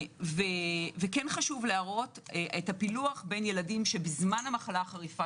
כן חשוב להראות את הפילוח בין ילדים שבזמן המחלה החריפה